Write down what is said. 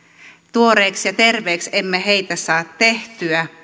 tuoreeks ja terveeks emme heitä saa tehtyä